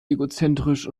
egozentrisch